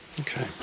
Okay